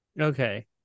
Okay